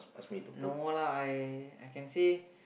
no lah I I can say